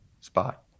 spot